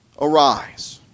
arise